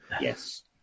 Yes